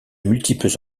multiples